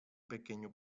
pequeño